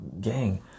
gang